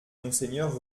monseigneur